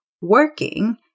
working